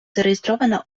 зареєстрована